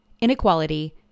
inequality